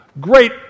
great